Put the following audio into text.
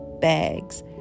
bags